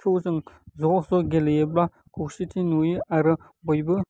खौ जों ज' ज' गेलेयोब्ला खौसेथि नुयो आरो बयबो